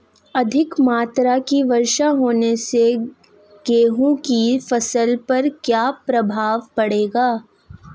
अधिक मात्रा की वर्षा होने से गेहूँ की फसल पर क्या प्रभाव पड़ेगा?